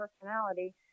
personality